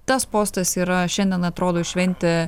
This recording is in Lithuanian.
tas postas yra šiandien atrodo šventė